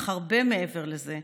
אך הרבה מעבר לזה: